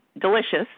delicious